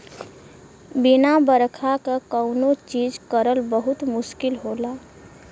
बिना बरखा क कौनो चीज करल बहुत मुस्किल होला